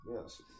Yes